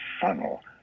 funnel